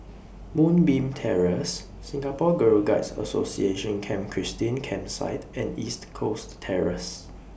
Moonbeam Terrace Singapore Girl Guides Association Camp Christine Campsite and East Coast Terrace